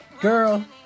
Girl